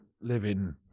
living